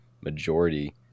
majority